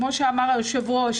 כמו שאמר היושב-ראש